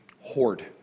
hoard